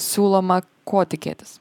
siūloma ko tikėtis